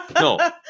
No